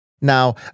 Now